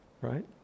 right